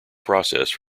process